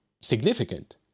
significant